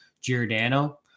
Giordano